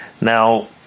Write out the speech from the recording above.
now